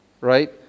right